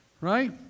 Right